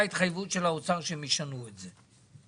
התחייבות של האוצר שהם ישנו את זה.